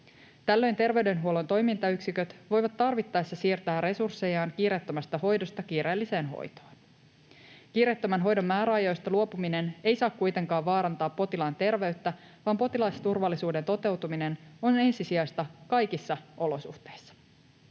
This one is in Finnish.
Tällöin terveydenhuollon toimintayksiköt voivat tarvittaessa siirtää resurssejaan kiireettömästä hoidosta kiireelliseen hoitoon. Kiireettömän hoidon määräajoista luopuminen ei saa kuitenkaan vaarantaa potilaan terveyttä, vaan potilasturvallisuuden toteutuminen on ensisijaista kaikissa olosuhteissa.